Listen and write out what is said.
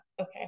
Okay